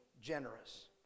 generous